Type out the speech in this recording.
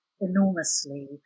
enormously